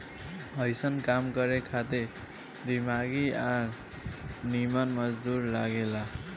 अइसन काम करे खातिर दिमागी आ निमन मजदूर लागे ला